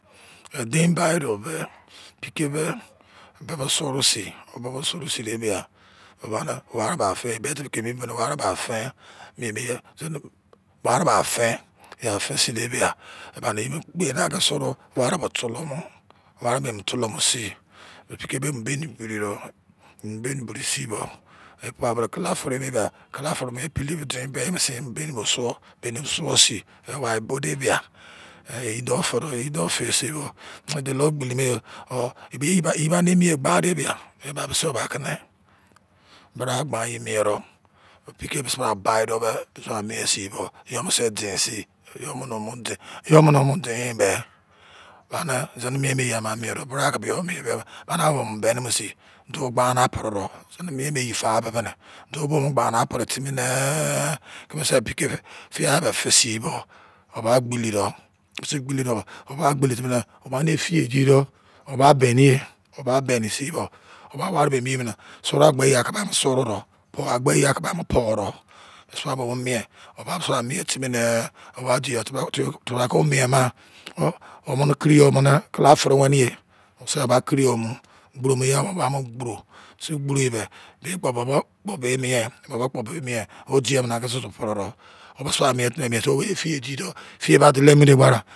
Me dein ba de me piki me bebe soro sin ne ba o ba ne ware ma o fen mien de ba ware o ba ofen zine ye ware bo fen yo ofen sin de bia eba ne ware bo tolomu ware bo tolomu sini ebi ke de baini biri ro banni biri sin bo ekpo ba kala fere ne ba kala fere me bini ten fere mu sin baini bo suo suo sin be wa bo de bia ehn e don toro e don fele or ware gbam niro piki mise bra ba do mise bra mien sin bo iyo me se den sin omene mu den be gba ne zine mien ama iye ama mien do gba ne owo beni mo sin to gba na peroro zine mien ma iye fa e be ne do bo gba na pre timi nee keme se piki me fiai bo fe sin bo o ba gbole do o ba gbole timi nee o ba ne fe gi do o ba benya wo ba beni sin o ba ware be mien ne soro agbe iye ama ke ba ma soro do po agbe iye ba mo podo mise brah ko wo mo mien wo ba mira mien timi nee o ba de tebra ke wo mo mien ma or o mene ki yo mene kala fere wene ye wo se ba kiri yo mu gboro ma iya ma ba mo gboro mese gboro iye be bobo be re ini ya o diye mo ko su su pre de mien timi mien sin fe ma di do